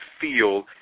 feel